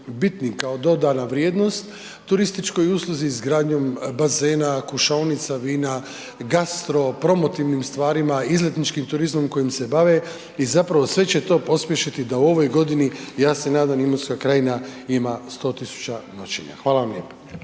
bitni kao dodana vrijednost turističkoj usluzi izgradnjom bazena, kušaonica vina, gastro promotivnim stvarima, izletničkim turizmom kojim se bave i zapravo sve će to pospješiti da u ovoj godini, ja se nadam, Imotska krajina ima 100 000 noćenja. Hvala vam lijepo.